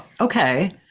okay